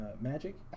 magic